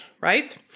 right